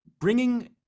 bringing